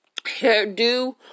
hairdo